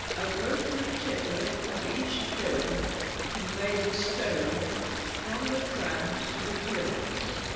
a rotary tipper at each kiln conveyed the stone from the trams to the kilns